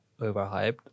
overhyped